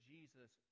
Jesus